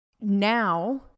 now